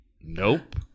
nope